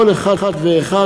כל אחד ואחד,